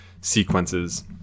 sequences